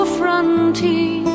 frontier